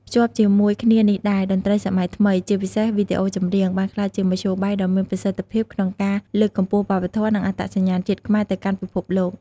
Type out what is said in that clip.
ភ្ជាប់ជាមួយគ្នានេះដែរ តន្ត្រីសម័យថ្មី ជាពិសេសវីដេអូចម្រៀង បានក្លាយជាមធ្យោបាយដ៏មានប្រសិទ្ធភាពក្នុងការលើកកម្ពស់វប្បធម៌ និងអត្តសញ្ញាណជាតិខ្មែរទៅកាន់ពិភពលោក។